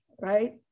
right